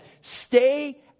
Stay